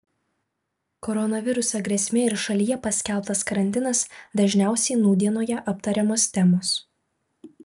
koronaviruso grėsmė ir šalyje paskelbtas karantinas dažniausiai nūdienoje aptariamos temos